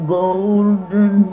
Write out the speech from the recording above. golden